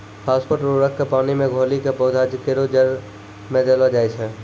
phosphate उर्वरक क पानी मे घोली कॅ पौधा केरो जड़ में देलो जाय छै